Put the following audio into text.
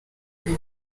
ibi